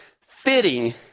fitting